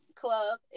club